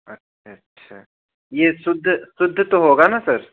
अच्छा अच्छा यह शुद्ध शुद्ध तो होगा न सर